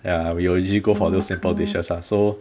ya we will usually go for those simple dishes ah so